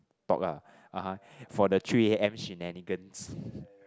talk lah (uh huh) for the three A_M shenanigans